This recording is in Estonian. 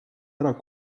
ära